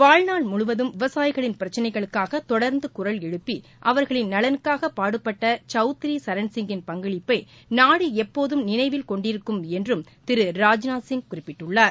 வாழ்நாள் முழுவதும் விவசாயிகளின் பிரச்சினைகளுக்காக தொடர்ந்து குரல் எழுப்பி அவர்களின் நலனுக்காக பாடுபட்ட சௌத்திரி சரண்சிங்கின் பங்களிப்பை நாடு எப்போதும் நினைவில் கொண்டிருக்கும் என்றும் திரு ராஜ்நாத்சிங் குறிப்பிட்டுள்ளார்